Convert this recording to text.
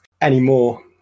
anymore